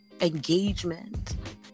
engagement